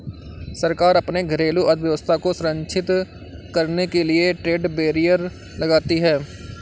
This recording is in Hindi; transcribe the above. सरकार अपने घरेलू अर्थव्यवस्था को संरक्षित करने के लिए ट्रेड बैरियर लगाती है